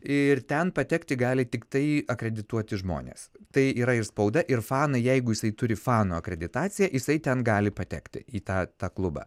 ir ten patekti gali tiktai akredituoti žmonės tai yra ir spauda ir fanai jeigu jisai turi fanų akreditaciją jisai ten gali patekti į tą tą klubą